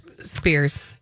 Spears